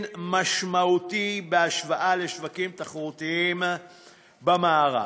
משמעותי בהשוואה לשווקים תחרותיים במערב.